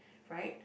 right